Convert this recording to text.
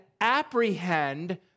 apprehend